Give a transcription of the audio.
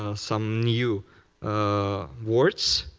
ah some new words.